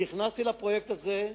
נכנסתי לפרויקט הזה,